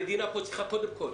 המדינה צריכה פה קודם כול